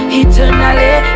eternally